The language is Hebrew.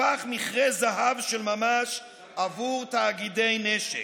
הפך מכרה זהב של ממש עבור תאגידי נשק.